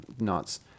nuts